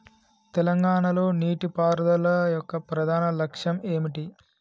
తెలంగాణ లో నీటిపారుదల యొక్క ప్రధాన లక్ష్యం ఏమిటి?